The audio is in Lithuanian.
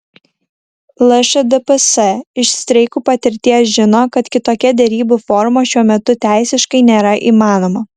lšdps iš streikų patirties žino kad kitokia derybų forma šiuo metu teisiškai nėra įmanoma